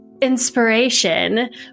inspiration